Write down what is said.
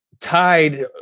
tied